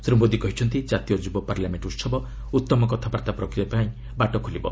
ଶ୍ରୀ ମୋଦି କହିଛନ୍ତି ଜାତୀୟ ଯୁବ ପାର୍ଲାମେଣ୍ଟ ଉତ୍ତମ କାଥାବାର୍ତ୍ତା ପ୍ରକ୍ରିୟା ପାଇଁ ବାଟ ଖୋଲିବ